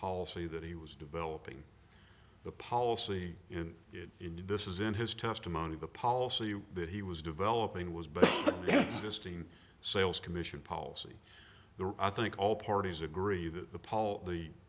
policy that he was developing the policy in india this is in his testimony the policy you that he was developing was but just in sales commission policy there i think all parties agree that the